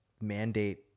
mandate